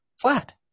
flat